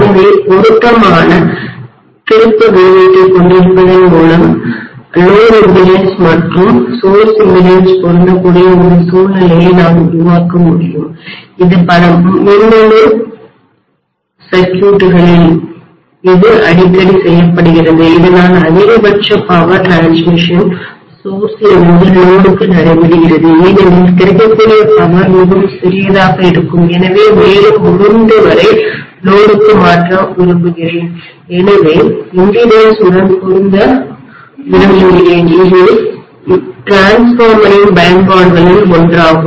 எனவே பொருத்தமான திருப்ப விகிதத்தைக் கொண்டிருப்பதன் மூலம் சுமை மின்மறுப்புலோடு இம்பிடன்ஸ் மற்றும் மூல மின்மறுப்புகள் சோர்ஸ் இம்பிடன்ஸ் பொருந்தக்கூடிய ஒரு சூழ்நிலையை நான் உருவாக்க முடியும் இது பல மின்னணு சுற்றுகளில்எலக்ட்ரானிக் சர்க்யூட்களில் இது அடிக்கடி செய்யப்படுகிறது இதனால் அதிகபட்ச மின்பவர் பரிமாற்றடிரான்ஸ்மிஷன்ம் சோர்ஸ் லிருந்து சுமைக்கு லோடுக்கு நடைபெறுகிறது ஏனெனில் கிடைக்கக்கூடிய பவர் மிகவும் சிறியதாக இருக்கும் எனவே மேலும் முடிந்தவரை சுமைக்கு லோடுக்கு மாற்ற விரும்புகிறேன் எனவே மின்மறுப்புடன்இம்பிடன்ஸ் உடன் பொருந்த விரும்புகிறேன் இது டிரான்ஸ்ஃபார்மரின்மின்மாற்றியின் பயன்பாடுகளில் ஒன்றாகும்